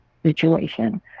situation